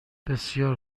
بسیار